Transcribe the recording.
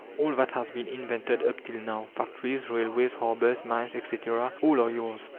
all that has been invented up till now factories, railways, harbours, mines, etc, all are yours.